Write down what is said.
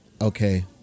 okay